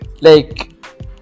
Like-